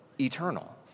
eternal